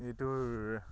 এইটোৰ